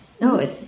No